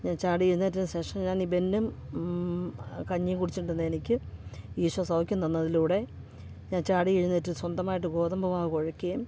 ഞാൻ ചാടി എഴുന്നേറ്റ ശേഷം ഞാൻ ഈ ബന്നും കഞ്ഞി കുടിച്ചോണ്ടിരുന്ന എനിക്ക് ഈശോ സൗഖ്യം തന്നതിലൂടെ ഞാൻ ചാടി എഴുന്നേറ്റ് സ്വന്തമായിട്ട് ഗോതമ്പ് മാവ് കുഴക്കേം